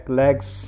legs